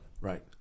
Right